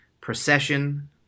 Procession